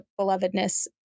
belovedness